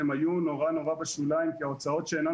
הם היו נורא נורא בשוליים כי ההוצאות שאינן